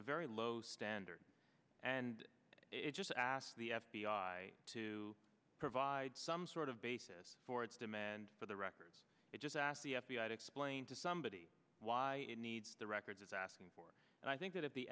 a very low standard and it just asked the f b i to provide some sort of basis for its demand for the records it just asked the f b i to explain to somebody why it needs the records it's asking for and i think that if the